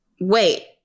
Wait